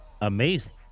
amazing